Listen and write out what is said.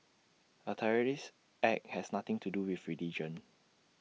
A terrorist act has nothing to do with religion